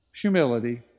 humility